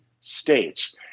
states